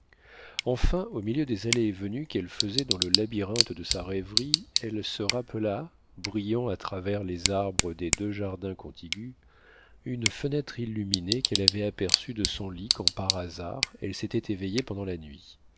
enfin au milieu des allées et venues qu'elle faisait dans le labyrinthe de sa rêverie elle se rappela brillant à travers les arbres des deux jardins contigus une fenêtre illuminée qu'elle avait aperçue de son lit quand par hasard elle s'était éveillée pendant la nuit